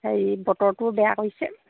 হেৰি বতৰটোও বেয়া কৰিছে